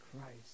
Christ